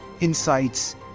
insights